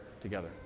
together